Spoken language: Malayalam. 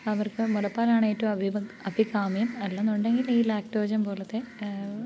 അവർക്ക് മുലപ്പാലാണ് ഏറ്റവും അവൈലബിൾ അഭികാമ്യം അല്ലെന്ന് ഉണ്ടെങ്കിൽ ഈ ലാക്ടോജൻ പോലത്തെ